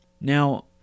Now